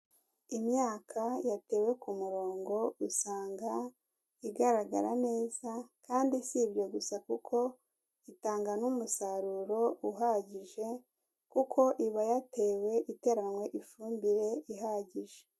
Imyaka yatewe ku murongo usanga igaragara neza kandi si ibyo gusa kuko itanga n'umusaruro uhagije kuko iba yatewe iteranwe ifumbire ihagije.